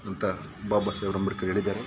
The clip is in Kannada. ಅಂತ ಬಾಬಾ ಸಾಹೇಬ್ ಅಂಬೇಡ್ಕರ್ ಹೇಳಿದ್ದಾರೆ